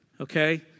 okay